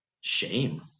shame